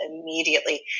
immediately